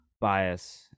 bias